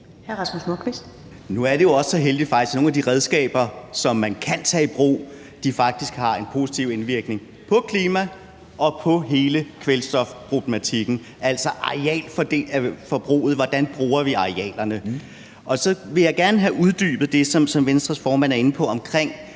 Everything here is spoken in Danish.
nu er det jo også så heldigt, at nogle af de redskaber, som man kan tage i brug, faktisk har en positiv indvirkning på klima- og hele kvælstofproblematikken, altså i forhold til arealforbruget – hvordan vi bruger arealerne. Så vil jeg gerne have uddybet det, som Venstres formand er inde på omkring